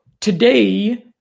today